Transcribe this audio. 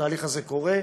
התהליך הזה קורה.